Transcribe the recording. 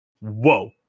Whoa